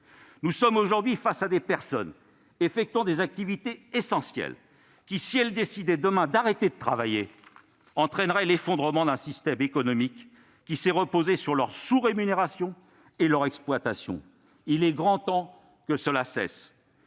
Nous sommes aujourd'hui face à des personnes effectuant des activités essentielles, qui, si elles décidaient demain d'arrêter de travailler, provoqueraient l'effondrement d'un système économique qui s'est reposé sur leur sous-rémunération et leur exploitation. Il est grand temps que cela cesse